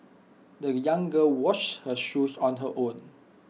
the young girl washed her shoes on her own